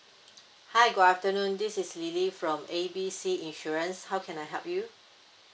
hi good afternoon this is lily from A B C insurance how can I help you